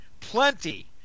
plenty